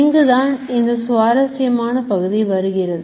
இங்குதான் அந்த சுவாரசியமான பகுதி வருகிறது